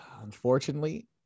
unfortunately